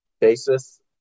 basis